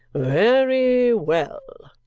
very well!